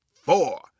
four